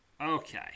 Okay